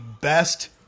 best